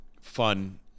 fun